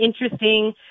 interesting